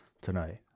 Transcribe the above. tonight